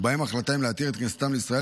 ובהם החלטה אם להתיר את כניסתם לישראל